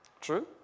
True